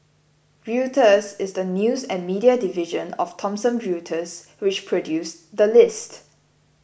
Reuters is the news and media division of Thomson Reuters which produced the list